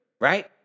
right